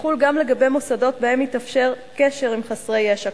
יחול גם לגבי מוסדות שבהם מתאפשר קשר עם חסרי ישע,